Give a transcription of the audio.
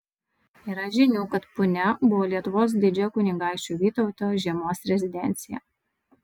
yra žinių kad punia buvo lietuvos didžiojo kunigaikščio vytauto žiemos rezidencija